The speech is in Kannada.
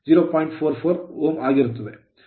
44 Ω ಆಗಿರುತ್ತದೆ